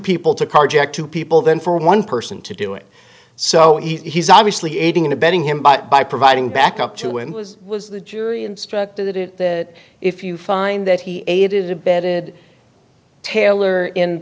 people to carjack two people than for one person to do it so he's obviously aiding and abetting him but by providing backup to him was was the jury instructed it that if you find that he aided or abetted taylor in